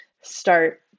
start